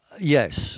Yes